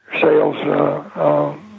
sales